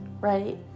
right